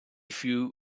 few